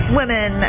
women